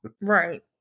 Right